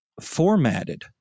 formatted